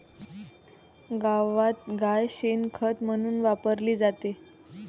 गावात गाय शेण खत म्हणून वापरली जाते